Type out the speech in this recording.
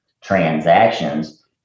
transactions